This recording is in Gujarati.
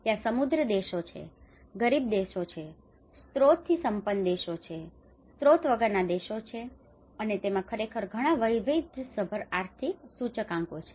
ત્યાં સમૃદ્ધ દેશો છે ગરીબ દેશો છે સ્ત્રોતથી સંપન્ન દેશો છે સ્ત્રોત વગરના દેશો છે અને તેમાં ખરેખર ઘણા વૈવિધ્યસભર આર્થિક સૂચકાંકો છે